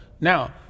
Now